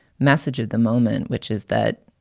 message of the moment, which is that.